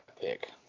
pick